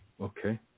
Okay